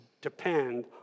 depend